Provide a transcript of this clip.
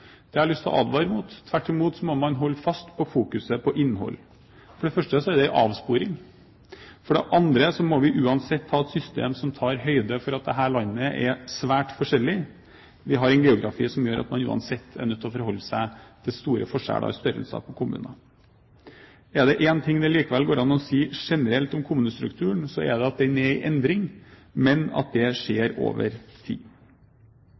har jeg lyst til å advare mot. Tvert imot må man holde fast på fokuset på innhold. For det første er det en avsporing, og for det andre må vi uansett ha et system som tar høyde for at det i dette landet er store forskjeller. Vi har en geografi som gjør at man uansett er nødt til å forholde seg til store forskjeller i størrelsen på kommuner. Er det én ting det likevel går an å si generelt om kommunestrukturen, så er det at den er i endring, men at det skjer over tid.